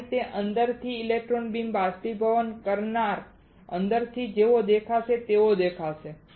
આ રીતે અંદરથી ઇલેક્ટ્રોન બીમ બાષ્પીભવન કરનાર અંદરથી જેવો દેખાશે તેવો દેખાશે